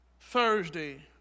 Thursday